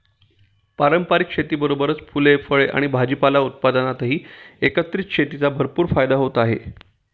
पारंपारिक शेतीसोबतच फुले, फळे आणि भाजीपाला उत्पादनातही एकत्रित शेतीचा भरपूर फायदा होत आहे